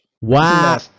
Wow